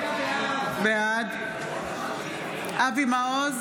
בעד אבי מעוז,